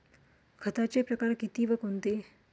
खताचे प्रकार किती व कोणते?